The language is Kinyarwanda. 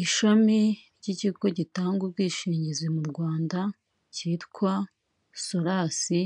Ishami ry'ikigo gitanga ubwishingizi mu Rwanda cyitwa sorasi,